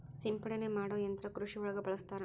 ಸಿಂಪಡನೆ ಮಾಡು ಯಂತ್ರಾ ಕೃಷಿ ಒಳಗ ಬಳಸ್ತಾರ